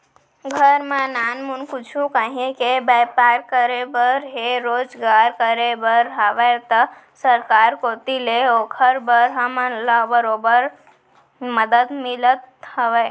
घर म नानमुन कुछु काहीं के बैपार करे बर हे रोजगार करे बर हावय त सरकार कोती ले ओकर बर हमन ल बरोबर मदद मिलत हवय